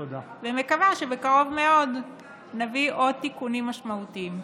ומקווה שבקרוב מאוד נביא עוד תיקונים משמעותיים.